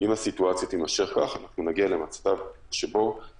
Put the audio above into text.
שאם הסיטואציה תימשך כך נגיע למצב שבו